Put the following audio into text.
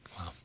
Wow